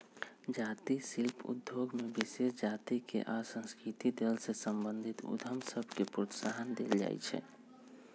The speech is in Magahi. जाती शिल्प उद्योग में विशेष जातिके आ सांस्कृतिक दल से संबंधित उद्यम सभके प्रोत्साहन देल जाइ छइ